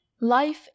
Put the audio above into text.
life